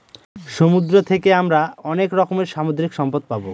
সমুদ্র থাকে আমরা অনেক রকমের সামুদ্রিক সম্পদ পাবো